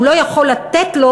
הוא לא יכול לתת לו,